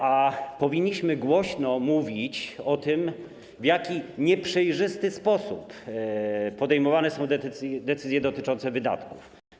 A powinniśmy głośno mówić o tym, w jak nieprzejrzysty sposób podejmowane są decyzje dotyczące wydatków.